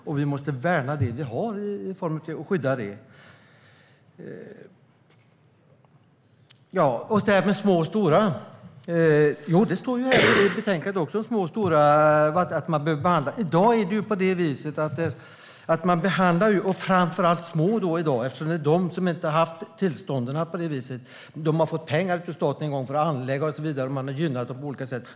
Det måste vi värna och skydda. Frågan om behandlingen av små och stora vattenkraftverk finns med i betänkandet. I dag gäller detta framför allt små kraftverk, eftersom de inte har fått samma typ av tillstånd. Man har en gång fått pengar från staten för att anlägga kraftverk som sedan gynnats på olika sätt.